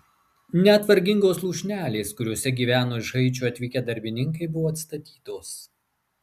net vargingos lūšnelės kuriose gyveno iš haičio atvykę darbininkai buvo atstatytos